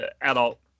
adult